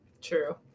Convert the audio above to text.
True